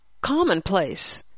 commonplace